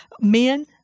men